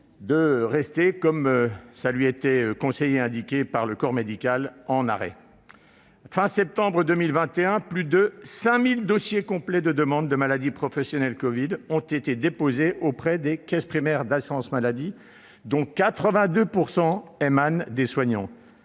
de rester, comme cela lui avait été conseillé par le corps médical, en arrêt. À la fin de septembre 2021, plus de 5 000 dossiers complets de demandes de maladie professionnelle covid avaient été déposés auprès des caisses primaires d'assurance maladie, dont 82 % émanant de soignants